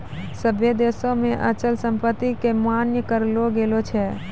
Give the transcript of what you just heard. सभ्भे देशो मे अचल संपत्ति के मान्य करलो गेलो छै